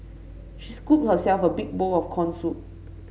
she scooped herself a big bowl of corn soup